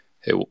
Hey